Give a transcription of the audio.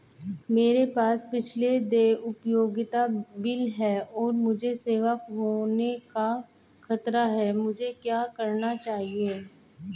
मेरे पास पिछले देय उपयोगिता बिल हैं और मुझे सेवा खोने का खतरा है मुझे क्या करना चाहिए?